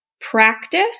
practice